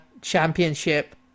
Championship